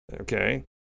Okay